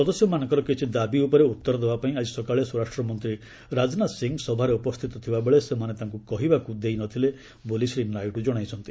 ସଦସ୍ୟମାନଙ୍କର କିଛି ଦାବି ଉପରେ ଉତ୍ତର ଦେବାପାଇଁ ଆଜି ସକାଳେ ସ୍ୱରାଷ୍ଟ୍ରମନ୍ତ୍ରୀ ରାଜନାଥ ସିଂ ସଭାରେ ଉପସ୍ଥିତ ଥିବାବେଳେ ସେମାନେ ତାଙ୍କୁ କହିବାକୁ ଦେଇ ନ ଥିଲେ ବୋଲି ଶ୍ରୀ ନାଇଡ଼ୁ କଣାଇଛନ୍ତି